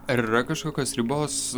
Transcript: ar yra kažkokios ribos